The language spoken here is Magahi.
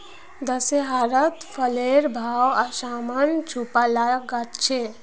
दशहरात फलेर भाव आसमान छूबा ला ग छेक